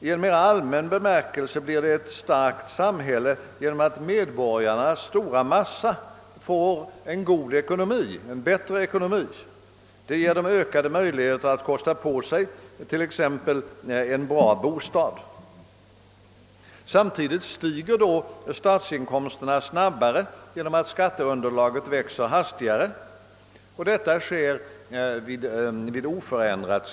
I mer allmän bemärkelse får vi ett star kare samhälle genom att medborgarnas stora massa får en bättre ekonomi. Det ger dem ökade möjligheter att kosta på sig t.ex. en bra bostad. Samtidigt stiger då statsinkomsterna snabbare även vid oförändrat skattetryck på grund av att skatteunderlaget blir större.